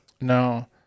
No